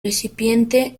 recipiente